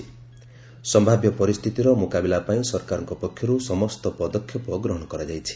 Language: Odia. ସମ୍ଭାବ୍ୟ ପରିସ୍ଥିତିର ମୁକାବିଲା ପାଇଁ ସରକାରଙ୍କ ପକ୍ଷରୁ ସମସ୍ତ ପଦକ୍ଷେପ ଗ୍ହଣ କରାଯାଇଛି